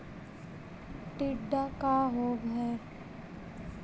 टीडा का होव हैं?